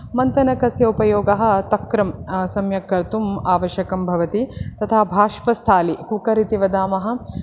मन्थनकस्य उपयोगः तक्रं सम्यक् कर्तुं आवश्यकं भवति तथा भाष्पस्थालि कुकर् इति वदामः